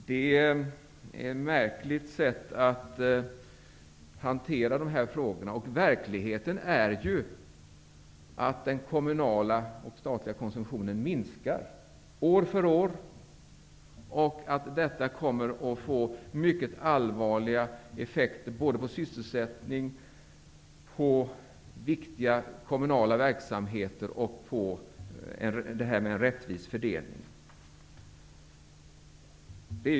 Det är ett märkligt sätt att hantera dessa frågor på. Verkligheten är att den kommunala och statliga konsumtionen minskar år från år och att detta kommer att få mycket allvarliga effekter på sysselsättningen, på viktiga kommunala verksamheter och för en rättvis fördelning.